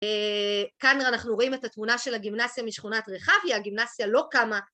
כאן אנחנו רואים את התמונה של הגימנסיה משכונת רחביה, הגימנסיה לא קמה